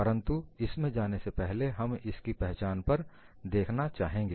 परंतु इसमें जाने से पहले हम इसकी पहचान पर देखना चाहेंगे